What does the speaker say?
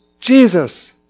Jesus